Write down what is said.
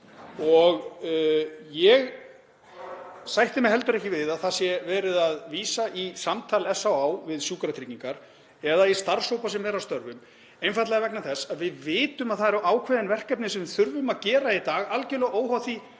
Ég sætti mig heldur ekki við að verið sé að vísa í samtal SÁÁ við Sjúkratryggingar eða í starfshópa sem eru að störfum, einfaldlega vegna þess að við vitum að það eru ákveðin verkefni sem við þurfum að vinna í dag, algerlega óháð því